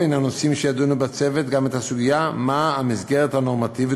ובין הנושאים שיידונו בצוות תהיה גם הסוגיה מה המסגרת הנורמטיבית,